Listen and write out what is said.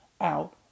out